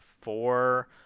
four